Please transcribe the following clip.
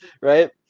right